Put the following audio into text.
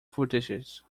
footages